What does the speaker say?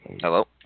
Hello